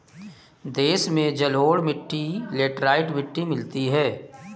देश में जलोढ़ मिट्टी लेटराइट मिट्टी मिलती है